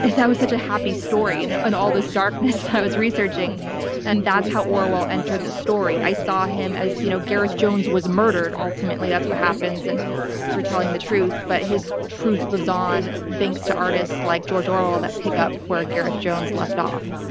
that was such a happy story in and all this darkness that i was researching and that's how orwell entered the story. i saw him as. you know gareth jones was murdered, ultimately. that's what happens. and for telling the truth. but his truth lives on thanks to artists like george orwell that pick up where gareth jones left off.